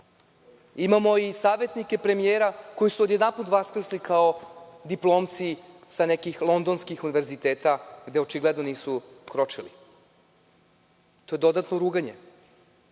Imamo i savetnike premijera koji su odjedanput vaskrsli kao diplomci sa nekih londonskih univerziteta, gde očigledno nisu kročili. To je dodatno ruganje.